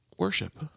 worship